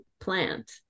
plant